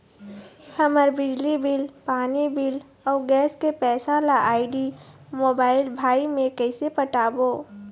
हमर बिजली बिल, पानी बिल, अऊ गैस के पैसा ला आईडी, मोबाइल, भाई मे कइसे पटाबो?